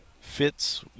fits